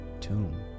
tomb